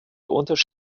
unterschied